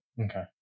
Okay